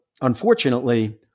unfortunately